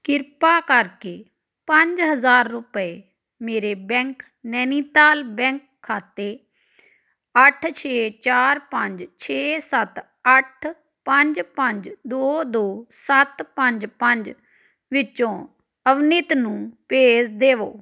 ਕ੍ਰਿਪਾ ਕਰਕੇ ਪੰਜ ਹਜ਼ਾਰ ਰੁਪਏ ਮੇਰੇ ਬੈਂਕ ਨੈਨੀਤਾਲ ਬੈਂਕ ਖਾਤੇ ਅੱਠ ਛੇ ਚਾਰ ਪੰਜ ਛੇ ਸੱਤ ਅੱਠ ਪੰਜ ਪੰਜ ਦੋ ਦੋ ਸੱਤ ਪੰਜ ਪੰਜ ਵਿੱਚੋਂ ਅਵਨੀਤ ਨੂੰ ਭੇਜ ਦੇਵੋ